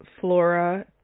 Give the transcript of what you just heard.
flora